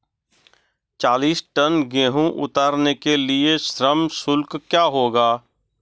चालीस टन गेहूँ उतारने के लिए श्रम शुल्क क्या होगा?